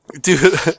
Dude